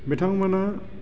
बिथांमोना